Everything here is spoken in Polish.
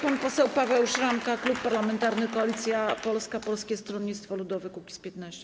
Pan poseł Paweł Szramka, Klub Parlamentarny Koalicja Polska - Polskie Stronnictwo Ludowe - Kukiz15.